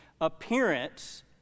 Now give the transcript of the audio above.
appearance